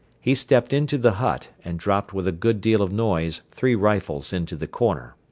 he stepped into the hut and dropped with a good deal of noise three rifles into the corner.